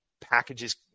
packages